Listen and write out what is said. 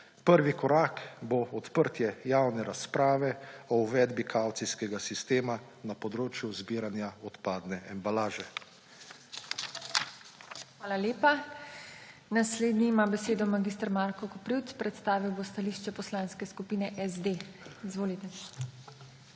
Prvi korak bo odprtje javne razprave o uvedbi kavcijskega sistema na področju zbiranja odpadne embalaže. PODPREDSEDNICA TINA HEFERLE: Hvala lepa. Naslednji ima besedo mag. Marko Koprivc, predstavil bo stališče Poslanske skupine SD. Izvolite.